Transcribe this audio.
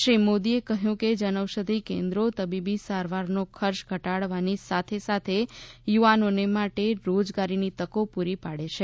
શ્રી મોદીએ કહ્યું કે જનૌષધિ કેન્દ્રો તબીબી સારવારનો ખર્ચ ઘટાડવાની સાથે સાથે યુવાનોને માટે રોજગારની તકો પૂરી પાડે છે